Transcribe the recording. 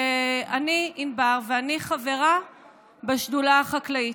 שאני ענבר ואני חברה בשדולה החקלאית.